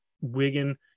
Wigan